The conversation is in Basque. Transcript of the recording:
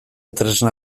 tresna